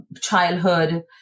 childhood